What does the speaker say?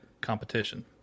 Competition